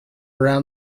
round